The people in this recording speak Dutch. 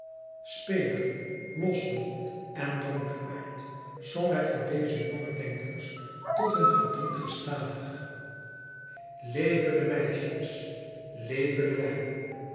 speler losbol en dronkaard zong hij voor deze jonge denkers tot hun verdriet gestadig j'aimons les filles et j'aimons le bon vin air vive henri iv leven de meisjes leve de wijn